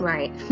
Right